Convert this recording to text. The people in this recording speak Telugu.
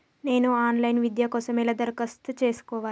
నేను ఆన్ లైన్ విద్య కోసం ఎలా దరఖాస్తు చేసుకోవాలి?